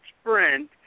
Sprint